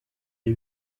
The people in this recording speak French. les